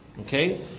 Okay